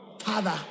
Father